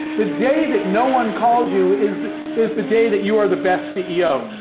the day that no one calls you is is the day that you are the best ceo,